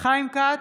חיים כץ,